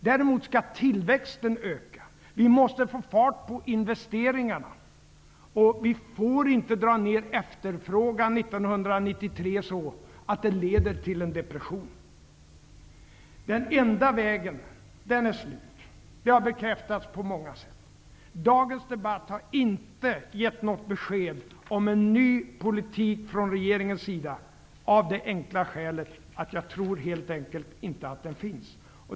Däremot skall tillväxten öka. Vi måste få fart på investeringarna, och vi får inte dra ned efterfrågan 1993 så att det leder till en depression. Den enda vägen är slut. Det har bekräftats på många sätt. Dagens debatt har inte gett något besked om en ny politik från regeringens sida, av det enkla skälet att den politiken, tror jag, helt enkelt inte finns.